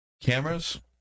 Cameras